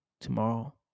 Tomorrow